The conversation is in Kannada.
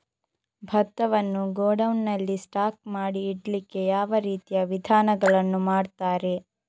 ಭತ್ತವನ್ನು ಗೋಡೌನ್ ನಲ್ಲಿ ಸ್ಟಾಕ್ ಮಾಡಿ ಇಡ್ಲಿಕ್ಕೆ ಯಾವ ರೀತಿಯ ವಿಧಾನಗಳನ್ನು ಮಾಡ್ತಾರೆ?